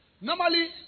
Normally